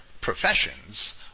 professions